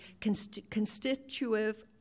constitutive